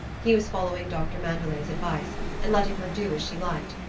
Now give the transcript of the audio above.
he was following doctor mandelet's advice, and letting her do as she liked.